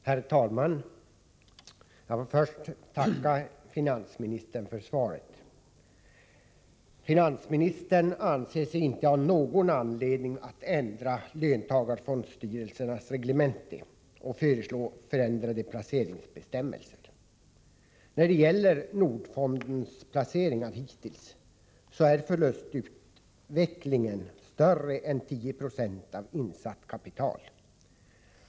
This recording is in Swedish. Herr talman! Jag får först tacka finansministern för svaret. Finansministern anser sig inte ha någon anledning att ändra löntagarfondstyrelsernas reglemente och föreslå förändrade placeringsbestämmelser. När det gäller Nordfondens placeringar är förlustutvecklingen sådan, att det rör sig om mer är 10 96 av insatt kapital.